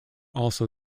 also